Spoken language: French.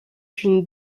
une